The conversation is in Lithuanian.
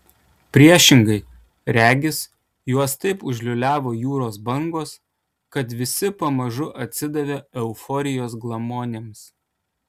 priešingai regis juos taip užliūliavo jūros bangos kad visi pamažu atsidavė euforijos glamonėms